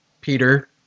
Peter